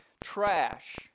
trash